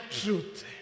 truth